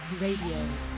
Radio